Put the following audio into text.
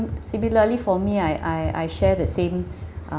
similarly for me I I I share the same uh